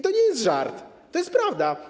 To nie jest żart, to jest prawda.